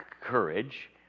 courage